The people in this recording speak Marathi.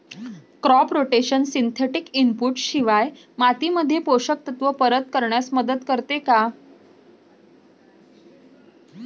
क्रॉप रोटेशन सिंथेटिक इनपुट शिवाय मातीमध्ये पोषक तत्त्व परत करण्यास मदत करते का?